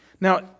Now